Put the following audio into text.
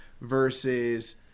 versus